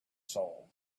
soul